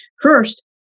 First